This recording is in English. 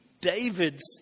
David's